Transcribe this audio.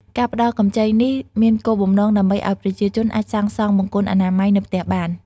ការផ្តល់កម្ចីនេះមានគោលបំណងដើម្បីឱ្យប្រជាជនអាចសាងសង់បង្គន់អនាម័យនៅផ្ទះបាន។